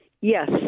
Yes